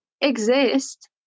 exist